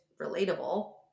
relatable